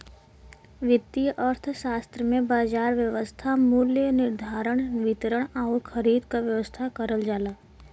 वित्तीय अर्थशास्त्र में बाजार व्यवस्था मूल्य निर्धारण, वितरण आउर खरीद क व्यवस्था करल जाला